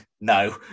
no